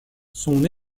son